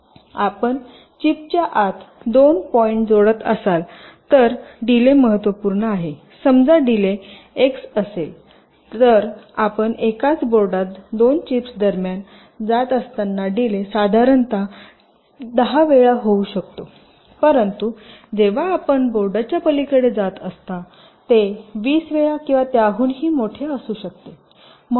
आपण चिपच्या आत 2 पॉईंट जोडत असाल तर डीले महत्त्वपूर्ण आहे समजा डीले एक्स असेल तर आपण एकाच बोर्डात 2 चिप्स दरम्यान जात असताना डीले साधारणतः 10 वेळा होऊ शकतो परंतु जेव्हा आपण बोर्डच्या पलीकडे जात असता ते 20 वेळा किंवा त्याहूनही मोठे असू शकते